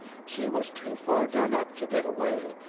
she was too far done up to get away,